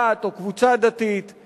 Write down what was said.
דת או קבוצה דתית,